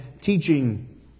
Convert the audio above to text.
teaching